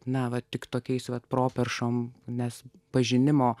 navą tik tokiais vat properšom nes pažinimo